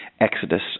exodus